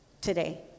today